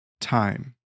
time